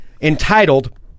entitled